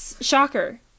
Shocker